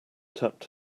tapped